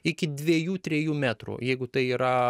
iki dviejų trejų metrų jeigu tai yra